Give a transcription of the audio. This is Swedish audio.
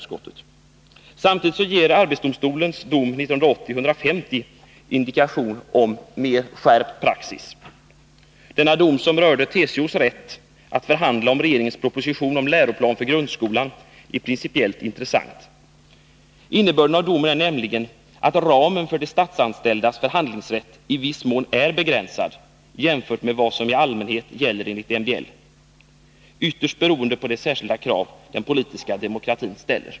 Samtidigt ger arbetsdomstolens dom 1980:150 indikation om mer skärpt praxis. Denna dom, som rörde TCO:s rätt att förhandla om regeringens proposition om läroplan för grundskolan, är principiellt intressant. Innebörden av domen är nämligen att ramen för de statsanställdas förhandlingsrätt i viss mån är begränsad jämfört med vad som i allmänhet gäller enligt MBL, ytterst beroende på de särskilda krav den politiska demokratin ställer.